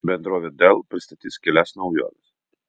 bendrovė dell pristatys kelias naujoves